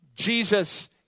Jesus